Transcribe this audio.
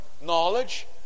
knowledge